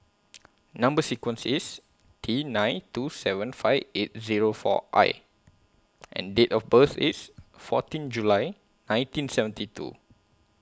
Number sequence IS T nine two seven five eight Zero four I and Date of birth IS fourteen July nineteen seventy two